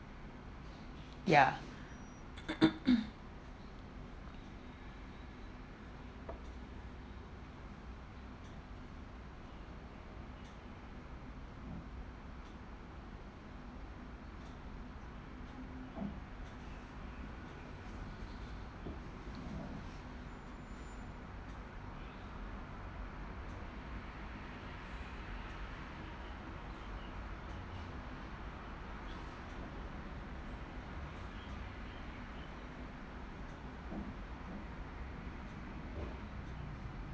ya